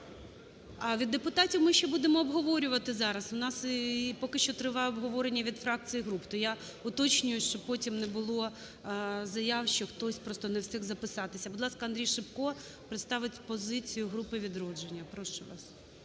А від депутатів ми ще будемо обговорювати зараз, у нас і поки що триває обговорення від фракцій і груп, то я уточнюю, щоб потім не було заяв, що хтось просто не встиг записатися. Будь ласка, АндрійШипко представить позицію групи "Відродження". Прошу вас.